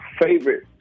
favorite